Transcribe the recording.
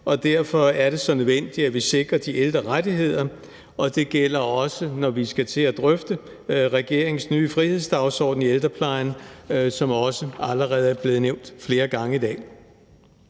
og derfor er det så nødvendigt, at vi sikrer de ældre rettigheder. Det gælder også, når vi skal til at drøfte regeringens nye frihedsdagsorden i ældreplejen, som også allerede er blevet nævnt flere gange i dag.